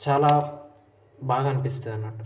చాలా బాగా అనిపిస్తుంది అన్నట్టు